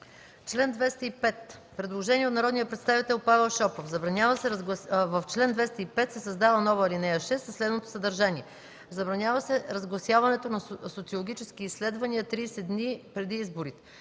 чл. 205 има предложение от народния представител Павел Шопов – в чл. 205 се създава нова ал. 6 със следното съдържание: „Забранява се разгласяването на социологически изследвания 30 дни преди изборите”.